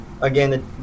again